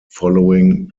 following